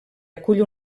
acull